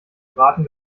braten